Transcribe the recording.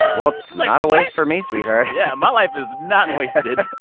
well, it's not a waste for me, sweetheart yeah, my life is not wasted.